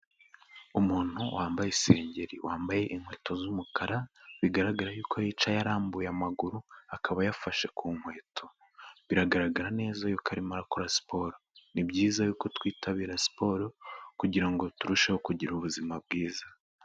Umuntu wambaye isengeri, wambaye inkweto z'umukara bigaragara yuko yicaye arambuye amaguru akaba yafashe ku nkweto, biragaragara neza yuko arimo arakora siporo, ni byiza yuko twitabira siporo kugira ngo turusheho kugira ubuzima bwiza.